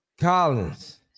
Collins